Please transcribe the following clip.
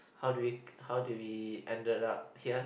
how did we how did we ended up here